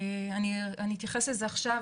אני אתייחס לזה עכשיו.